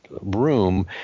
room